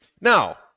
now